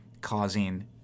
causing